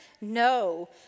No